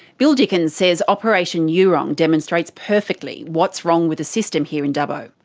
bill dickens says operation eurong demonstrates perfectly what's wrong with the system here in dubbo.